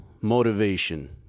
motivation